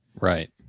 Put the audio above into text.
right